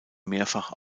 mehrfach